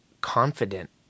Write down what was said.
confident